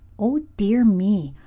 oh, dear me,